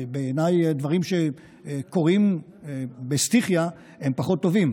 בעיניי דברים שקורים בסטיכיה הם פחות טובים.